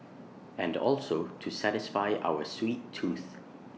and also to satisfy our sweet tooth